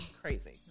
Crazy